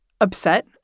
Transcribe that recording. upset